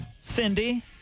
Cindy